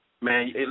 Man